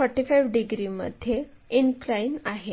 45 डिग्रीमध्ये इनक्लाइन आहे